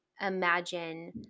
imagine